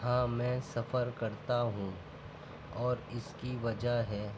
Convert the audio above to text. ہاں میں سفر کرتا ہوں اور اِس کی وجہ ہے